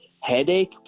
headache